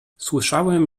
słyszałem